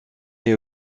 est